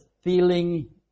feeling